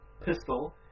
pistol